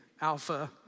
Alpha